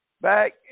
Back